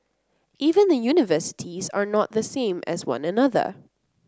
even the universities are not the same as one another